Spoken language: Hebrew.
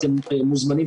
אתם מוזמנים,